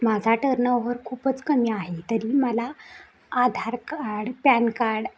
माझा टर्नओव्हर खूपच कमी आहे तरी मला आधार कार्ड पॅन कार्ड